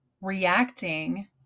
reacting